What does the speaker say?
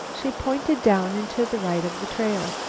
she pointed down and to the right of the trail.